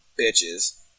bitches